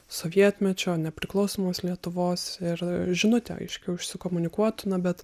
sovietmečio nepriklausomos lietuvos ir žinutė aiškiau išsikomunikuotų na bet